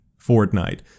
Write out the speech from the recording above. Fortnite